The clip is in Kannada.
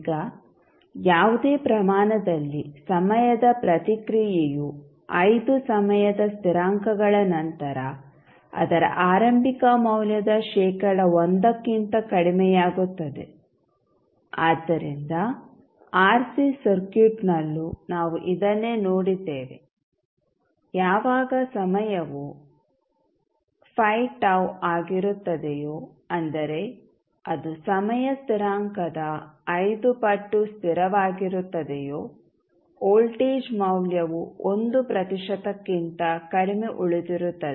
ಈಗ ಯಾವುದೇ ಪ್ರಮಾಣದಲ್ಲಿ ಸಮಯದ ಪ್ರತಿಕ್ರಿಯೆಯು 5 ಸಮಯದ ಸ್ಥಿರಾಂಕಗಳ ನಂತರ ಅದರ ಆರಂಭಿಕ ಮೌಲ್ಯದ ಶೇಕಡಾ 1 ಕ್ಕಿಂತ ಕಡಿಮೆಯಾಗುತ್ತದೆ ಆದ್ದರಿಂದ ಆರ್ಸಿ ಸರ್ಕ್ಯೂಟ್ನಲ್ಲೂ ನಾವು ಇದನ್ನೇ ನೋಡಿದ್ದೇವೆ ಯಾವಾಗ ಸಮಯವು 5 tau ಆಗಿರುತ್ತದೆಯೋ ಅಂದರೆ ಅದು ಸಮಯ ಸ್ಥಿರಾಂಕದ 5 ಪಟ್ಟು ಸ್ಥಿರವಾಗಿರುತ್ತದೆಯೋ ವೋಲ್ಟೇಜ್ ಮೌಲ್ಯವು 1 ಪ್ರತಿಶತಕ್ಕಿಂತ ಕಡಿಮೆ ಉಳಿದಿರುತ್ತದೆ